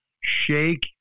shake